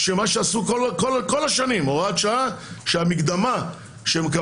מה שעשו כל השנים זה הוראת שעה שהמקדמה שמקבלים